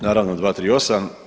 Naravno, 238.